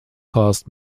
cast